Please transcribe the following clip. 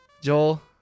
Joel